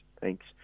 Thanks